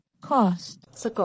cost